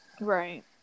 right